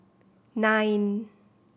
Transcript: nine